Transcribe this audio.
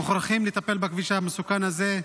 מוכרחים לטפל בכביש המסוכן הזה,